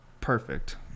perfect